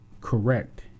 correct